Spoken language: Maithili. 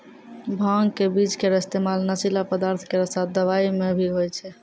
भांग क बीज केरो इस्तेमाल नशीला पदार्थ केरो साथ दवाई म भी होय छै